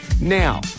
Now